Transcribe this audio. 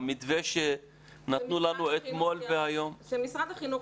המתווה שנתנו לנו אתמול והיום -- שמשרד החינוך